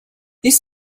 this